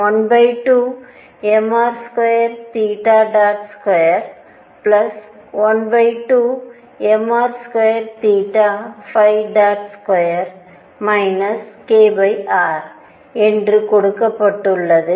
ஒரு E 12mr212mr2212mr22 kr என்று கொடுக்கப்பட்டுள்ளது